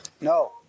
No